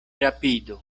rapidu